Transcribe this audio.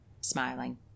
Smiling